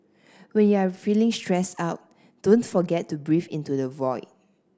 when you are feeling stressed out don't forget to breathe into the void